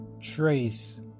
trace